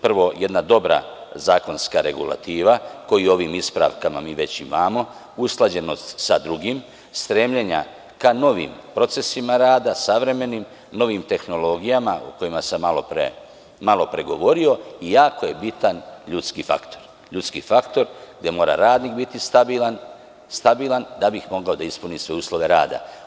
Prvo jedna dobra zakonska regulativa, koju ovim ispravkama mi već imamo, usklađenost sa drugim, stremljenja ka novim procesima rada, savremenim i novim tehnologijama, o kojima sam malopre govorio, i jako je bitan ljudski faktor, jer mora radnik biti stabilan da bi mogao da ispuni sve uslove rada.